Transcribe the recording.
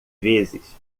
vezes